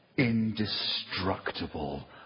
indestructible